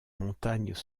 montagnes